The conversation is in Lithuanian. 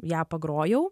ją pagrojau